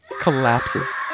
collapses